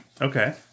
Okay